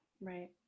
Right